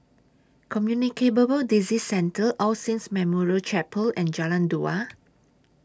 Disease Centre All Saints Memorial Chapel and Jalan Dua